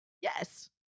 Yes